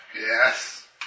Yes